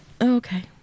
okay